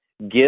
give